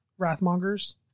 Wrathmongers